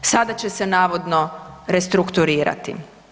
Sada će se navodno restrukturirati.